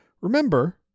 remember